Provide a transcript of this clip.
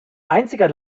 einziger